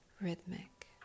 rhythmic